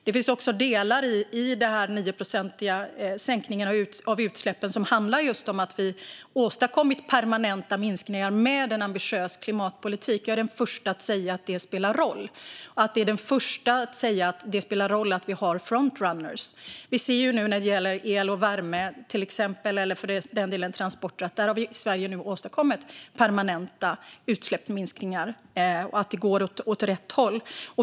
Det finns också delar i den nioprocentiga sänkningen av utsläppen som handlar om att vi med en ambitiös klimatpolitik har åstadkommit permanenta minskningar. Jag är den första att säga att det spelar roll. Jag är också den första att säga att det spelar roll att vi har frontrunners. Vi ser nu till exempel när det gäller el och värme, eller för den delen transporter, att Sverige har åstadkommit permanenta utsläppsminskningar och att det går åt rätt håll.